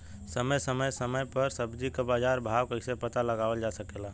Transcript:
समय समय समय पर सब्जी क बाजार भाव कइसे पता लगावल जा सकेला?